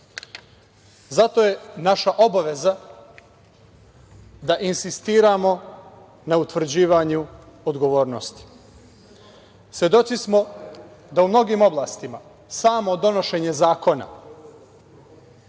Zato je naša obaveza da insistiramo na utvrđivanju odgovornosti. Svedoci smo da u mnogim oblastima samo donošenje zakona